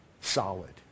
solid